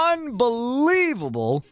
Unbelievable